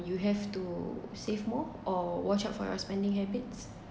you have to save more or watch out for your spending habits